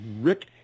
Rick